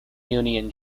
union